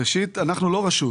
ראשית, אנחנו לא רשות.